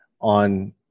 on